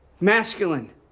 masculine